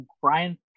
Brian